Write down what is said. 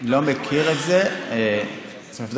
הודיעו להם שהם מקבלים